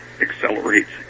accelerates